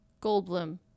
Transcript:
Goldblum